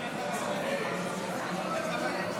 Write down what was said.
אצל עופר כסיף אין בעיה, זה נקלט.